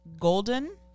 golden